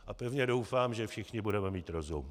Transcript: A pevně doufám, že všichni budeme mít rozum.